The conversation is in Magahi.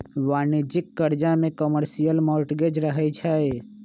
वाणिज्यिक करजा में कमर्शियल मॉर्टगेज रहै छइ